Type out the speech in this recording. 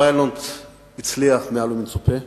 הפיילוט הצליח מעל למצופה.